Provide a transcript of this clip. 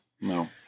no